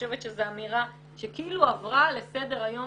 זאת אמירה שעברנו עליה לסדר-היום,